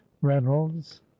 reynolds